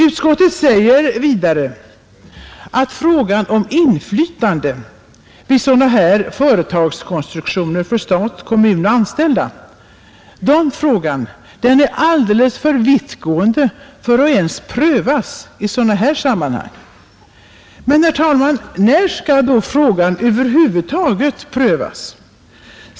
Utskottet säger vidare att frågan om inflytande för stat, kommun och anställda vid företagsrekonstruktioner är alldeles för vittgående för att ens prövas i sådana här sammanhang. Men, herr talman, när skall då frågan över huvud taget prövas?